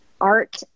art